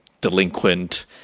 delinquent